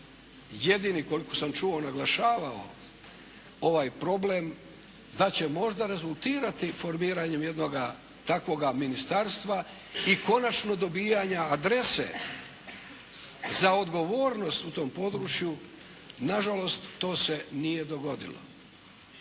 jedini koliko sam čuo, naglašavao ovaj problem, da će možda rezultirati formiranjem jednoga takvoga ministarstva i konačno dobijanja adrese za odgovornost u tom području. Na žalost to se nije dogodilo.